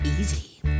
easy